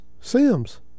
Sims